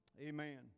Amen